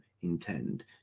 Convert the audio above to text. intend